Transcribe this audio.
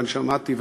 ושמעתי,